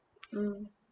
mm